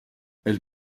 elle